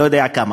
לא יודע כמה,